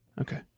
Okay